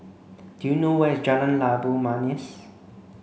do you know where is Jalan Labu Manis